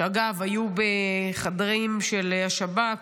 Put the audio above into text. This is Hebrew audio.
שאגב, היו בחדרים של השב"כ,